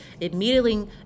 immediately